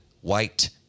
white